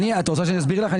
את רוצה שאני אסביר לך?